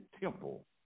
temple